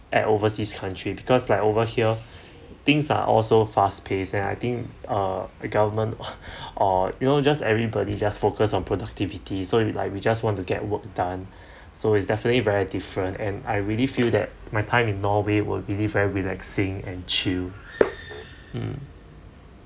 at overseas country because like over here things are so fast pace and I think uh the government or you know just everybody just focus on productivity so you like we just want to get work done so it's definitely very different and I really feel that my time in norway will really very relaxing and chill mm